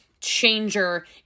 changer